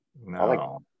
no